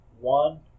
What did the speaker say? one